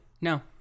no